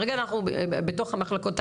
כרגע אנחנו בתוך המחלקות,